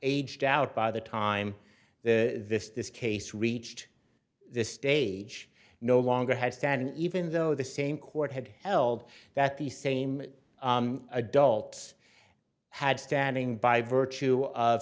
aged out by the time this this case reached the stage no longer had stand even though the same court had held that the same adults had standing by virtue of